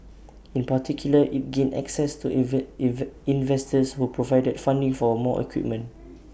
in particular IT gained access to invest invest investors who provided funding for A more equipment